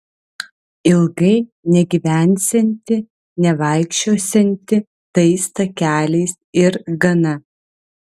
ilgai negyvensianti nevaikščiosianti tais takeliais ir gana